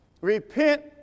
Repent